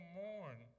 mourn